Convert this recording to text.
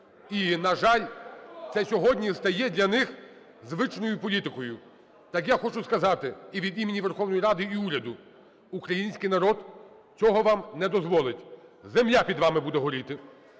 і, на жаль, це сьогодні стає для них звичною політикою. Так я хочу сказати і від імені Верховної Ради, і уряду: український народ цього вам не дозволить, земля під вами буде горіти.